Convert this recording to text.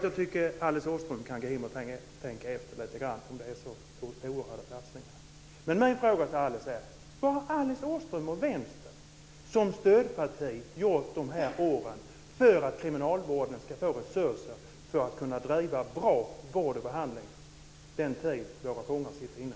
Jag tycket att Alice Åström kan gå hem och tänka efter lite grann om detta är så oerhörda satsningar. Men min fråga till Alice är: Vad har Alice Åström och Vänstern som stödparti gjort de här åren för att kriminalvården ska få resurser att kunna driva bra vård och behandling den tid våra fångar sitter inne?